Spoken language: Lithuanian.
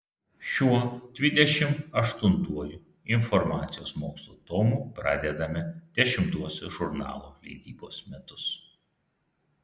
šiuo dvidešimt aštuntuoju informacijos mokslų tomu pradedame dešimtuosius žurnalo leidybos metus